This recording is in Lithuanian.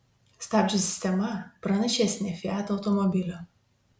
stabdžių sistema pranašesnė fiat automobilio